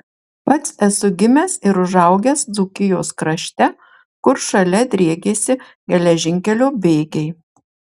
pats esu gimęs ir užaugęs dzūkijos krašte kur šalia driekėsi geležinkelio bėgiai